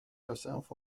yourself